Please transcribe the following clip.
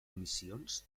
emissions